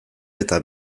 eta